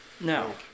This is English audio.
No